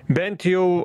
bent jau